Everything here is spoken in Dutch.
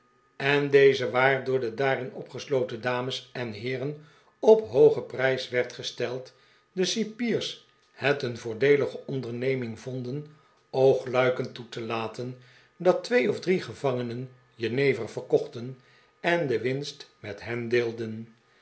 en deze waar door de daarin opgesloten dames en heeren op hoogen prijs werd gesteld de cipiers het een voordeelige onderneming vonden oogluikend toe te laten dat twee of drie gevangenen jenever verkochten en de winst met hen de